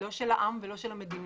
לא של העם ולא של המדינה,